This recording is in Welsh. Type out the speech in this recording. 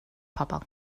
pobl